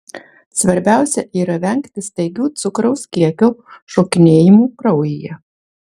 svarbiausia yra vengti staigių cukraus kiekio šokinėjimų kraujyje